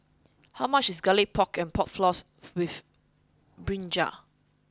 how much is garlic pork and pork floss with brinjal